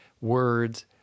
words